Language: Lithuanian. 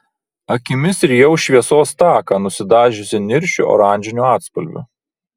akimis rijau šviesos taką nusidažiusį niršiu oranžiniu atspalviu